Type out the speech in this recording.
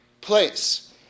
place